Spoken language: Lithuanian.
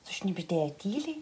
sušnibždėjo tyliai